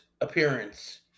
appearance